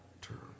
term